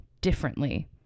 differently